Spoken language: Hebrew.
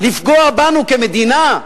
לפגוע בנו כמדינה,